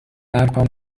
ارقام